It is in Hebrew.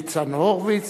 ניצן הורוביץ,